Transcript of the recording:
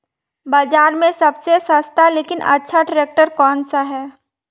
बाज़ार में सबसे सस्ता लेकिन अच्छा ट्रैक्टर कौनसा है?